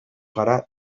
gara